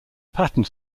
pattern